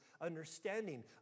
understanding